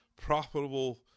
profitable